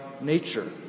nature